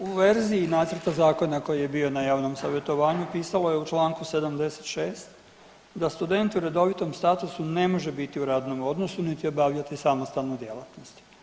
U verziji nacrta zakona koji je bio na javnom savjetovanju pisalo je u čl. 76. da student u redovitom statusu ne može biti u radnom odnosu niti obavljati samostalnu djelatnost.